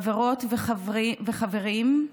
חברות וחברים,